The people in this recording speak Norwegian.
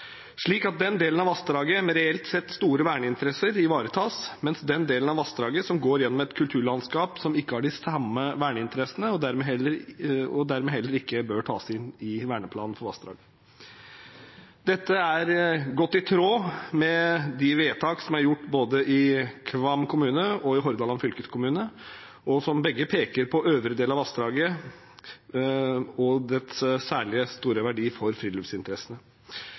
slik at den delen av vassdraget med reelt sett store verneinteresser ivaretas, mens den delen av vassdraget som går gjennom et kulturlandskap, ikke har de samme verneinteressene og dermed ikke bør tas inn i verneplanen for vassdrag. Dette er godt i tråd med de vedtak som er gjort både i Kvam kommune og i Hordaland fylkeskommune, som begge peker på øvre del av vassdraget og dets særlig store verdi for friluftsinteressene.